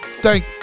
thank